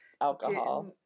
alcohol